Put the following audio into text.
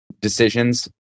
decisions